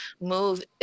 move